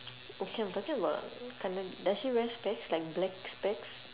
okay I'm talking about ka~ does she wear specs like black specs